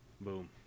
Boom